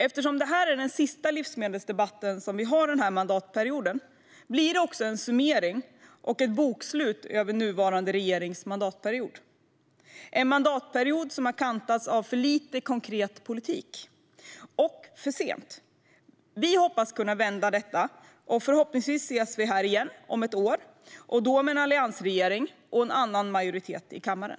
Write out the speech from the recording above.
Eftersom det här är den sista livsmedelsdebatt vi har den här mandatperioden blir det också en summering och ett bokslut över nuvarande regerings mandatperiod - en mandatperiod som kantats av för lite konkret politik som kommit för sent. Vi hoppas kunna vända detta. Förhoppningsvis ses vi här igen om ett år och då med en alliansregering och en annan majoritet i kammaren.